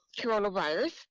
coronavirus